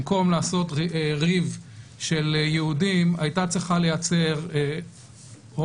במקום לעשות ריב של יהודים הייתה צריכה לייצר או